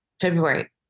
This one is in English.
February